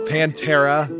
Pantera